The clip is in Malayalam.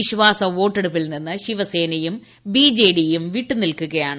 വിശ്വാസ വോട്ടെടുപ്പിൽ നിന്ന് ശിവസേനയും ബി ജെ ഡിയും വിട്ടുനിൽക്കുകയാണ്